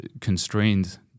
constrained